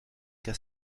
qu’à